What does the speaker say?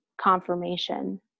confirmation